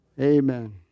Amen